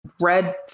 Red